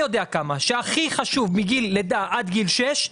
יודע כמה שהכי חשוב מגיל לידה עד גיל שש,